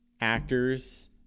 actors